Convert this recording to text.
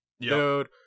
dude